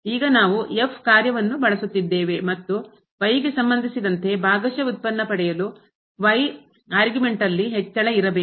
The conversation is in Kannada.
ಈಗ ನಾವು f ಕಾರ್ಯವನ್ನು ಬಳಸುತ್ತಿದ್ದೇವೆ ಮತ್ತು y ಗೆ ಸಂಬಂಧಿಸಿದಂತೆ ಭಾಗಶಃ ವ್ಯುತ್ಪನ್ನ ಪಡೆಯಲು ಆರ್ಗ್ಯುಮೆಂಟ್ನಲ್ಲಿ ಹೆಚ್ಚಳ ಇರಬೇಕು